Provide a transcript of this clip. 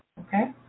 Okay